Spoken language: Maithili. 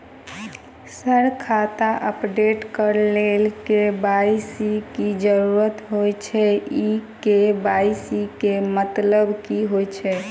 सर खाता अपडेट करऽ लेल के.वाई.सी की जरुरत होइ छैय इ के.वाई.सी केँ मतलब की होइ छैय?